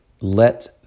let